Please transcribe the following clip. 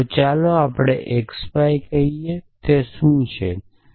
તો ચાલો આપણે XY કહીએ અને તે શું છે તે છે